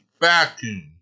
vacuum